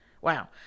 Wow